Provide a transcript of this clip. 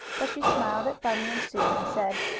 but she smiled at bunny and sue, and said